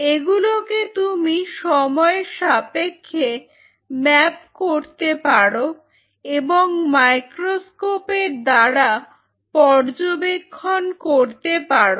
এগুলোকে তুমি সময়ের সাপেক্ষে ম্যাপ করতে পারো এবং মাইক্রোস্কোপ এর দ্বারা পর্যবেক্ষণ করতে পারো